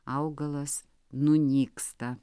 augalas nunyksta